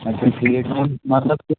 اَچھا ٹھیٖک چون مطلب کہِ